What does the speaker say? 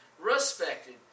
respected